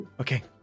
okay